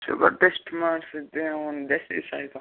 sugar test ಮಾಡಿಸಿದ್ದೆ ಒಂದು ಎಷ್ಟು ದಿವಸ ಆಯಿತು